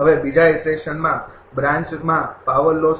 હવે બીજા ઈટરેશનમાં બ્રાન્ચમાં પાવર લોસ